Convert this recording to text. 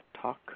Talk